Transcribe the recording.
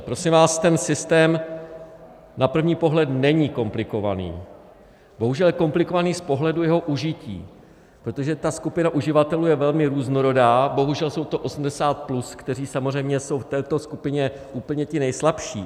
Prosím vás, ten systém na první pohled není komplikovaný, bohužel komplikovaný je z pohledu jeho užití, protože skupina uživatelů je velmi různorodá, bohužel jsou to 80+, kteří samozřejmě jsou v této skupině úplně ti nejslabší.